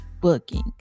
booking